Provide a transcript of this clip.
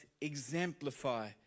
exemplify